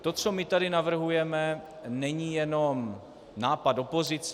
To, co my tady navrhujeme, není jenom nápad opozice.